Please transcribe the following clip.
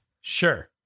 sure